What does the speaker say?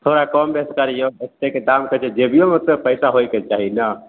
थोड़ा कम बेस करियौ ओतेक दामके तऽ जेबियोमे तऽ पैसा होइके चाही ने